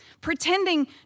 Pretending